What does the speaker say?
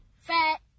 fat